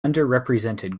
underrepresented